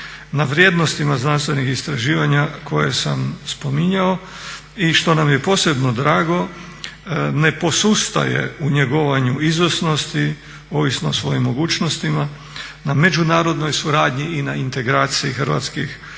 na vrijednostima znanstvenih istraživanja koje sam spominjao. I što nam je posebno drago ne posustaje u njegovanju izvrsnosti ovisno o svojim mogućnosti na međunarodnoj suradnji i na integraciji hrvatskih